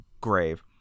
grave